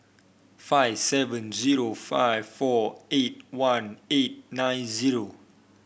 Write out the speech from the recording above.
five seven zero five four eight one eight nine zero